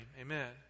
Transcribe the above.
amen